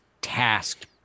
tasked